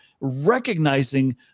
recognizing